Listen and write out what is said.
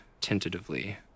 Tentatively